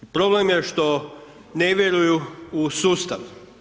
Problem je što ne vjeruju u sustav.